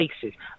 cases